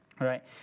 right